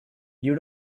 you